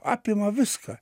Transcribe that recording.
apima viską